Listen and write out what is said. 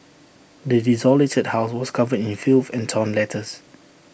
the desolated house was covered in filth and torn letters